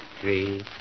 three